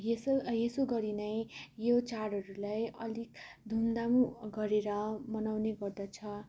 यसो यसो गरी नै यो चाडहरूलाई अलिक धुमधाम गरेर मनाउने गर्दछ